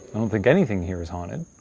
i don't think anything here is haunted.